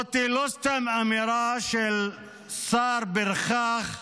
זו לא סתם אמירה של שר פרחח